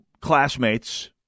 classmates